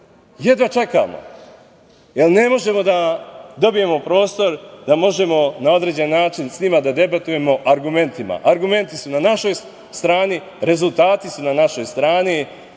Jedva čekamo jer ne možemo da dobijemo prostor da možemo na određeni način sa svima da debatujemo argumentima. Argumenti su na našoj strani. Rezultati su na našoj strani.